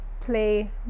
play